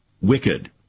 wicked